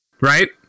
right